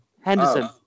Henderson